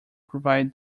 provide